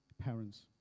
parents